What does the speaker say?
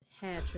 hair